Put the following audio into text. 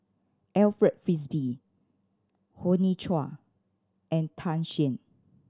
Alfred Frisby Hoey Choo and Tan Shen